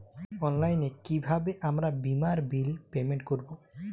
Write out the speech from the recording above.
অনলাইনে কিভাবে আমার বীমার বিল পেমেন্ট করবো?